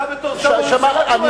אתה בתור שר בממשלה קורא קריאות ביניים.